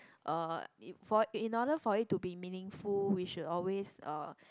uh if for in order for it to be meaningful we should always uh